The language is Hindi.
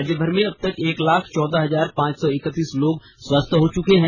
राज्यभर में अबतक एक लाख चौदह हजार पांच सौ इकतीस लोग स्वस्थ हो चुके हैं